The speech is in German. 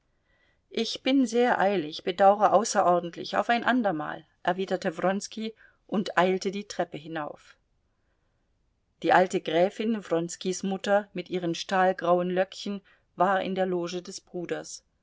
ich bin sehr eilig bedaure außerordentlich auf ein andermal erwiderte wronski und eilte die treppe hinauf die alte gräfin wronskis mutter mit ihren stahlgrauen löckchen war in der loge des bruders